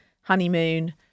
honeymoon